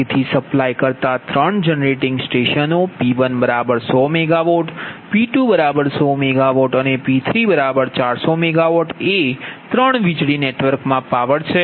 તેથીસપ્લાય કરતા ત્રણ જનરેટિંગ સ્ટેશનો P1100 MW P2100 MW અને P3400 MW એ ત્રણ વીજળી નેટવર્કમાં પાવર છે